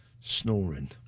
snoring